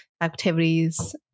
activities